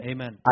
Amen